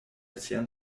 tienne